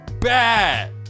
bad